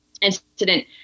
incident